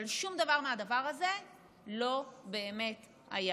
אבל שום דבר מהדבר הזה לא באמת היה.